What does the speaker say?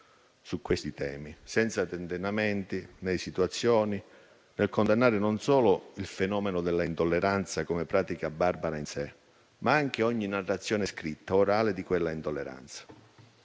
su questi temi, senza tentennamenti né esitazioni, per condannare non solo il fenomeno dell'intolleranza come pratica barbara in sé, ma anche ogni narrazione scritta e orale di quella intolleranza.